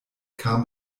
kam